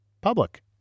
public